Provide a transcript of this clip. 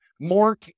more